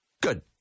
Good